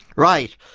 right.